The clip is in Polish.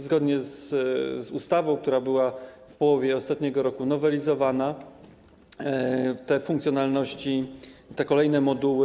Zgodnie z ustawą, która była w połowie ostatniego roku nowelizowana, te funkcjonalności, te kolejne moduły.